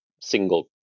single